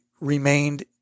remained